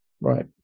right